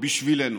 לעבוד בשבילנו.